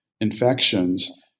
infections